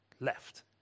left